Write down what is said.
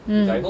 mm